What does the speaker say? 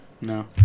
No